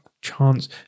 chance